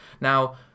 Now